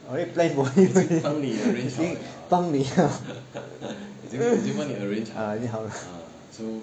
already plan for you already 已经帮你 liao